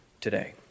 today